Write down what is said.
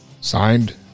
Signed